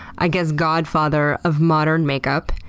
i guess, godfather of modern makeup.